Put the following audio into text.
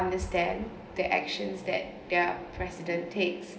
understand the actions that their president takes